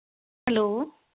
hello